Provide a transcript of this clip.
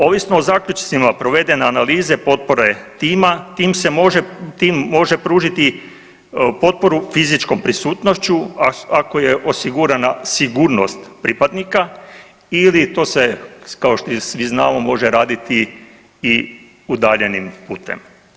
Ovisno o zaključcima provedene analize potpore tima, tim se može, tim može pružiti potporu fizičkom prisutnošću, a ako je osigurana sigurnost pripadnika ili, to se, kao što svi znamo, može raditi i udaljenim putem.